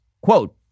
Quote